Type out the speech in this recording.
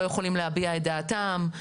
לא יכולים להביע את דעתם,